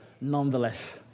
nonetheless